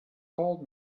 called